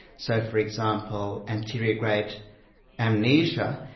so for example, anterograde amnesia,